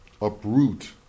uproot